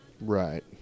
right